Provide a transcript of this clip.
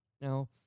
Now